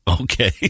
okay